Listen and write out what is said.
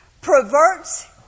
perverts